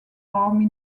army